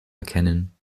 erkennen